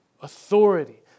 authority